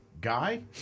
Guy